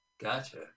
Gotcha